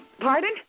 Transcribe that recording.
Pardon